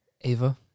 Ava